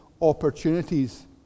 opportunities